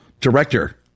director